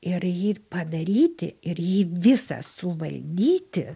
ir jį padaryti ir jį visą suvaldyti